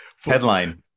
headline